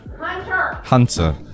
Hunter